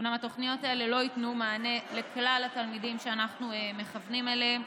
אומנם התוכניות הללו לא ייתנו מענה לכלל התלמידים שאנחנו מכוונים אליהם,